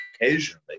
occasionally